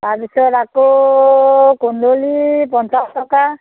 তাৰপিছত আকৌ কুন্দুলি পঞ্চাছ টকা